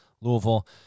louisville